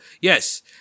yes